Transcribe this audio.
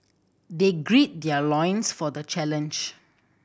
they gird their loins for the challenge